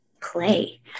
play